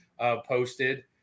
posted